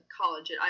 college